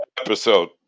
episode